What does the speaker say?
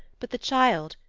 but the child,